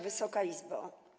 Wysoka Izbo!